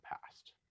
past